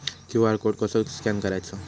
QR code कसो scan करायचो?